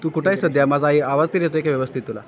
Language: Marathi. तू कुठं आहेस सध्या माझाही आवाज तरी येतो आहे काय व्यवस्थित तुला